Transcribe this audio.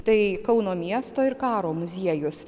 tai kauno miesto ir karo muziejus